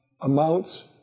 amounts